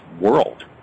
world